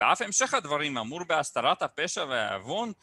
ואף המשך הדברים אמור בהסתרת הפשע והיבון.